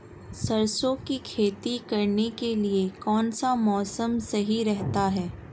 सरसों की खेती करने के लिए कौनसा मौसम सही रहता है?